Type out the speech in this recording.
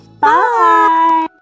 Bye